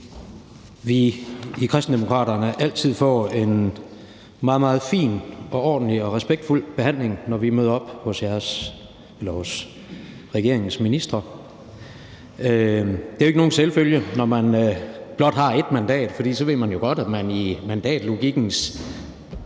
vi i Kristendemokraterne altid får en meget, meget fin og ordentlig og respektfuld behandling, når vi møder op hos regeringens ministre. Det er jo ikke nogen selvfølge, når man blot har ét mandat, for så ved man jo godt, at man i mandatlogikkens